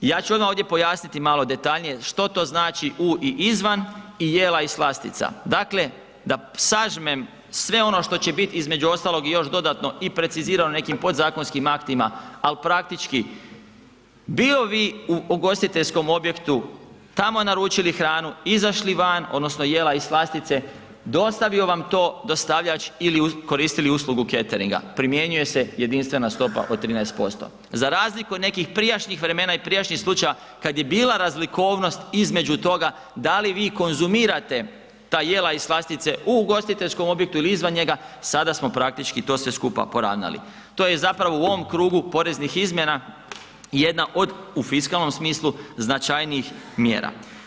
Ja ću odma ovdje pojasniti malo detaljnije što to znači u i izvan i jela i slastica, dakle da sažmem sve ono što će bit između ostalog i još dodatno i precizirao na nekim podzakonskim aktima, al praktički bili vi u ugostiteljskom objektu, tamo naručili hranu, izašli van odnosno jela i slastice, dostavio vam to dostavljač ili koristili uslugu cateringa primjenjuje se jedinstvena stopa od 13%, za razliku od nekih prijašnjih vremena i prijašnjih slučajeva kad je bila razlikovnost između toga da li vi konzumirate ta jela i slastice u ugostiteljskom objektu ili izvan njega, sada smo praktički to sve skupa poravnali, to je zapravo u ovom krugu poreznih izmjena jedna od, u fiskalnom smislu, značajnijih mjera.